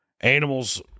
animals